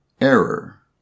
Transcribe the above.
Error